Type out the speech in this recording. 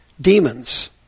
demons